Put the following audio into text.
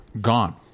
gone